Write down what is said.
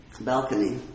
balcony